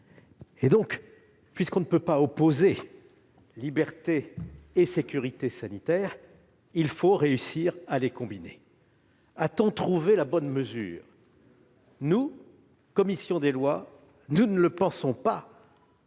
Puisqu'on ne peut pas opposer liberté et sécurité sanitaire, il faut réussir à les combiner. A-t-on trouvé la bonne mesure ? Nous, commission des lois, nous ne le pensons pas